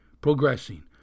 Progressing